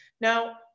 Now